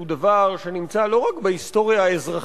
הוא דבר שנמצא לא רק בהיסטוריה האזרחית